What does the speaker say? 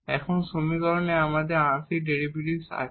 এখন সমীকরণে আমাদের আংশিক ডেরিভেটিভস আছে